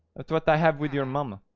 that's what i have with your mama,